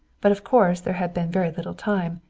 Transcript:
but of course there had been very little time.